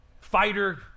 fighter